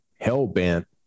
hell-bent